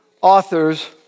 authors